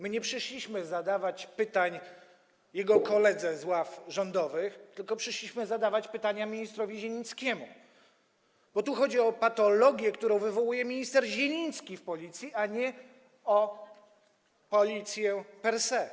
My nie przyszliśmy po to, by zadawać pytania jego koledze z ław rządowych, tylko przyszliśmy zadawać pytania ministrowi Zielińskiemu, bo tu chodzi o patologię, którą wywołuje minister Zieliński w Policji, a nie o Policję per se.